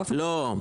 לא.